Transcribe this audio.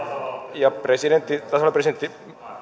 ja tasavallan presidentti